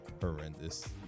horrendous